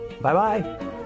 Bye-bye